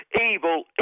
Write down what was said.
Evil